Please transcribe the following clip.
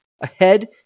ahead